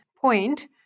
point